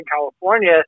California